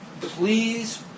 please